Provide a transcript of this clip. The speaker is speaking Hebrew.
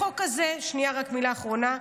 החוק הזה, שנייה, רק מילה אחרונה,